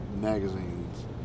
magazines